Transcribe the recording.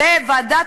סיימתי.